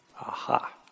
Aha